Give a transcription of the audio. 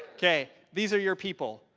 ok, these are your people.